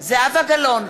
זהבה גלאון,